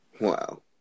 Wow